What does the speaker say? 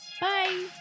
Bye